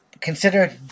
consider